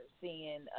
seeing